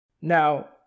Now